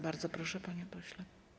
Bardzo proszę, panie pośle.